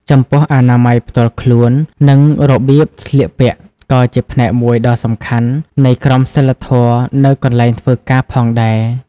ចំពោះអនាម័យផ្ទាល់ខ្លួន និងរបៀបស្លៀកពាក់ ក៏ជាផ្នែកមួយដ៏សំខាន់នៃក្រមសីលធម៌នៅកន្លែងធ្វើការផងដែរ។